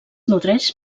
nodreix